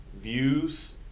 views